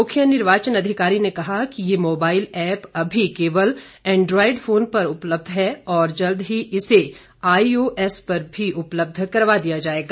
मुख्य निर्वाचन अधिकारी ने कहा कि ये मोबाईल ऐप अभी केवल एन्ड्रॉयड फोन पर उपलब्ध है और जल्द ही इसे आईओएस पर भी उपलब्ध करवा दिया जाएगा